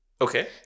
Okay